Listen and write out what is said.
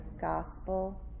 gospel